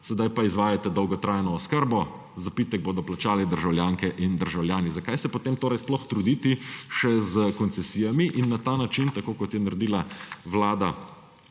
sedaj pa izvajajte dolgotrajno oskrbo, zapitek bodo plačali državljanke in državljani. Zakaj se potem torej sploh truditi še s koncesijami in na ta način, tako kot je naredila vlada,